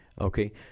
Okay